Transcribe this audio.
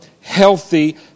healthy